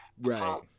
Right